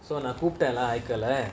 so நான்கூப்பிட்டேன்:nan koopten